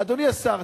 אדוני השר,